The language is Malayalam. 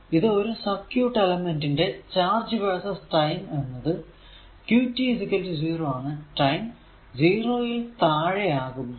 ഇത് ഒരു സർക്യൂട് എലമെന്റ് ന്റെ ചാർജ് vs ടൈം എന്നത് qt 0 ആണ് ടൈം 0 യിൽ താഴെ ആകുമ്പോൾ